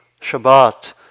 Shabbat